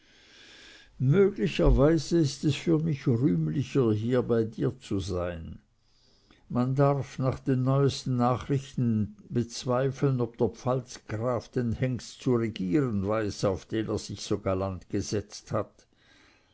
möglicherweise ist es für mich rühmlicher hier bei dir zu sein man darf nach den neuesten nachrichten bezweifeln ob der pfalzgraf den hengst zu regieren weiß auf den er sich so galant gesetzt hat